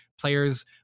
players